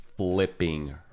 Flipping